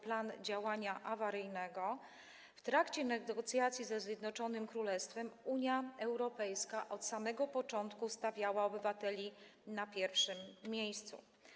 Plan działania awaryjnego” w trakcie negocjacji ze Zjednoczonym Królestwem Unia Europejska od samego początku stawiała obywateli na pierwszym miejscu.